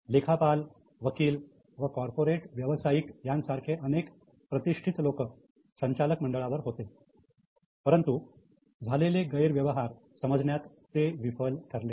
लेखापाल वकील व कॉर्पोरेट व्यावसायिक यांसारखे अनेक प्रतिष्ठित लोक संचालक मंडळावर होते परंतु झालेले गैरव्यवहार समजण्यात ते विफल ठरले